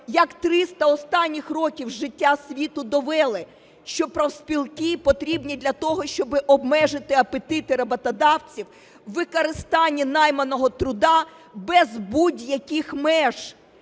як 300 останніх років життя світу довели, що профспілки потрібні для того, щоб обмежити апетити роботодавців у використанні найманого труда без будь-яких меж.